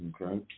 Okay